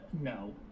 no